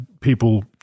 people